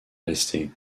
rester